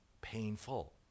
painful